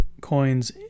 coins